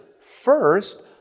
first